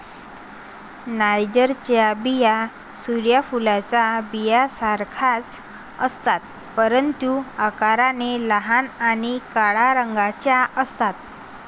नायजरच्या बिया सूर्य फुलाच्या बियांसारख्याच असतात, परंतु आकाराने लहान आणि काळ्या रंगाच्या असतात